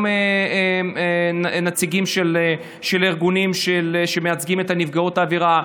גם נציגים של ארגונים שמייצגים את נפגעות העבירה,